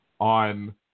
on